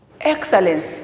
Excellence